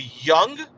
Young